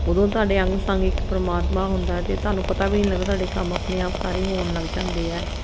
ਉਦੋਂ ਤੁਹਾਡੇ ਅੰਗ ਸੰਗ ਇੱਕ ਪਰਮਾਤਮਾ ਹੁੰਦਾ ਅਤੇ ਤੁਹਾਨੂੰ ਪਤਾ ਵੀ ਨਹੀਂ ਲੱਗਦਾ ਤੁਹਾਡੇ ਕੰਮ ਆਪਣੇ ਆਪ ਸਾਰੇ ਹੋਣ ਲੱਗ ਜਾਂਦੇ ਹੈ